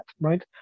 right